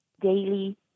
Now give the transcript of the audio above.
daily